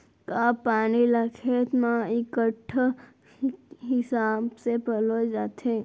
का पानी ला खेत म इक्कड़ हिसाब से पलोय जाथे?